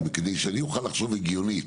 כדי שאני אוכל לחשוב הגיוני,